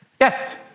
Yes